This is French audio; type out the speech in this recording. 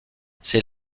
c’est